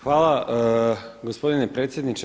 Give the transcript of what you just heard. Hvala gospodine predsjedniče.